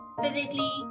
physically